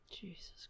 Jesus